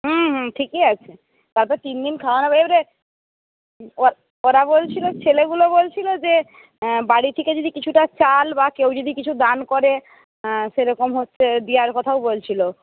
হুম হুম ঠিকই আছে তারপর তিন দিন খাওয়ানো হবে এবারে ওরা বলছিল ছেলেগুলো বলছিল যে বাড়ি থেকে যদি কিছুটা চাল বা কেউ যদি কিছু দান করে সেরকম হচ্ছে দেওয়ার কথাও বলছিল